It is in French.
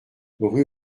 rue